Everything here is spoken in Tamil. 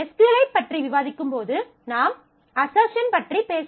SQL ஐப் பற்றி விவாதிக்கும் போது நாம் அஸ்ஸர்ஷன் பற்றி பேசினோம்